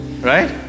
right